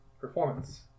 Performance